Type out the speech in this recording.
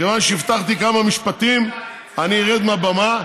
מכיוון שהבטחתי כמה משפטים, אני ארד מהבמה.